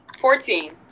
Fourteen